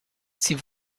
sie